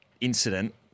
incident